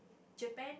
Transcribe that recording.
Japan